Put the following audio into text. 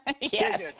Yes